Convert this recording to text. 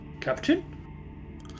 captain